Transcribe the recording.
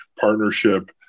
partnership